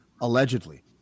allegedly